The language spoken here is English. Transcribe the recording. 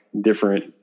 Different